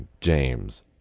James